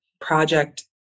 project